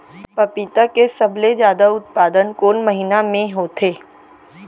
पपीता के सबले जादा उत्पादन कोन महीना में होथे?